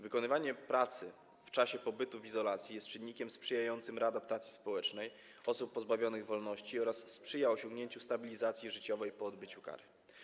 Wykonywanie pracy w czasie pobytu w izolacji jest czynnikiem sprzyjającym readaptacji społecznej osób pozbawionych wolności oraz sprzyja osiągnięciu stabilizacji życiowej po odbyciu kary.